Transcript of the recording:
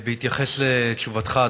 בהתייחס לתשובתך,